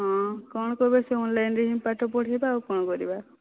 ହଁ କ'ଣ କରିବା ସେ ଅନ୍ଲାଇନ୍ରୁ ହିଁ ପାଠ ପଢ଼ାଇବା ଆଉ କ'ଣ କରିବା